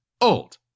old